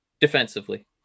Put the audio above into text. Defensively